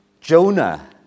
jonah